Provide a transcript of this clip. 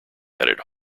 added